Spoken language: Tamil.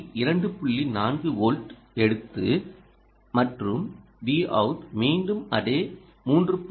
4 வோல்ட் எடுத்து மற்றும்VOUT மீண்டும் அதே 3